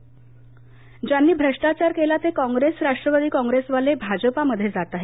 आंबेडकर ज्यांनी भ्रष्टाचार केला ते काँप्रेस राष्ट्रवादी काँप्रेसवाले भाजपमध्ये जात आहे